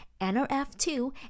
NRF2